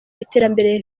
iterambere